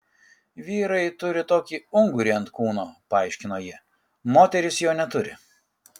vyrai turi tokį ungurį ant kūno paaiškino ji moterys jo neturi